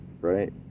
right